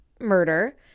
murder